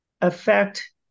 affect